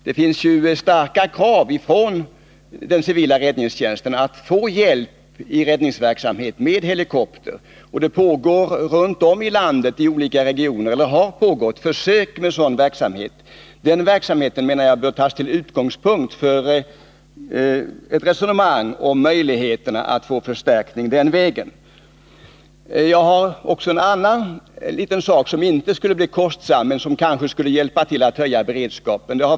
Det finns ju starka krav från den civila räddningstjänsten att få hjälp i räddningsverksamheten med helikoptrar, och det pågår eller har pågått försök med sådan verksamhet runt om i landet. Den verksamheten bör tas till utgångspunkt för ett resonemang om möjligheterna att åstadkomma en förstärkning. Det finns också ett annat förslag som inte skulle bli kostsamt men kanske kunde höja beredskapen.